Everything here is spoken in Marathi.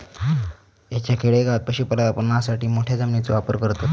हयच्या खेडेगावात पशुपालनासाठी मोठ्या जमिनीचो वापर करतत